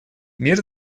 мир